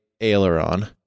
aileron